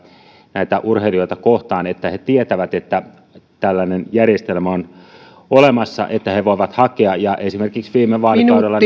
näitä urheilijoita kohtaan jotta he tietävät että tällainen järjestelmä on olemassa ja että he voivat hakea esimerkiksi viime vaalikaudella